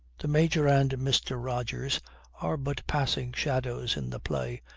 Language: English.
the major and mr. rogers are but passing shadows in the play,